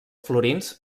florins